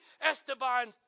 Esteban